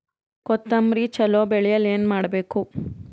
ಕೊತೊಂಬ್ರಿ ಚಲೋ ಬೆಳೆಯಲು ಏನ್ ಮಾಡ್ಬೇಕು?